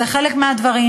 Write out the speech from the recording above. זה חלק מהדברים,